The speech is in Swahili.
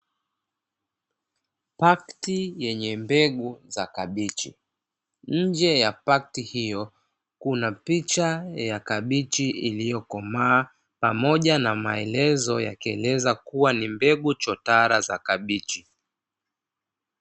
Pakti yenye mbegu za kabichi, nje ya pakti hiyo kuna picha ya kabichi iliyo komaa pamoja na maelezo yakieleza kua ni mbegu chotara za kabichi.